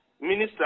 minister